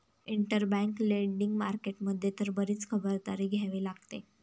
interbank lending market मध्ये तर बरीच खबरदारी घ्यावी लागते